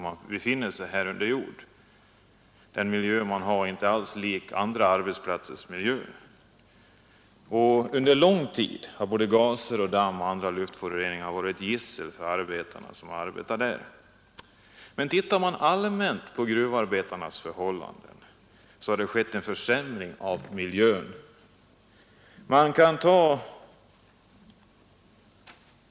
Miljön där är inte alls lik andra arbetsplatsers miljö. Under lång tid har både gaser och damm och andra luftföroreningar varit ett gissel för de arbetare som arbetar under jord. Ser man mera allmänt på gruvarbetarnas förhållanden finner man att det har skett en förändring av deras arbetsmiljö.